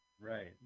Right